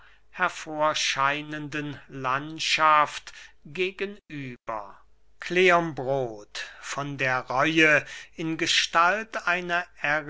hervorscheinenden landschaft gegen über kleombrot von der reue in gestalt einer